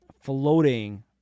floating